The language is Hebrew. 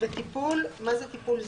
לסילוק פסולת מכל סוג?